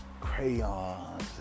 crayons